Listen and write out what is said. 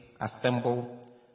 assemble